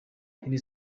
iri